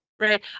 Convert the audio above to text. right